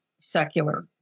secular